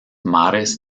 mares